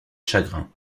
chagrin